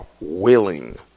willing